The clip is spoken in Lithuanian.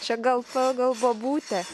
čia gal ta gal bobutė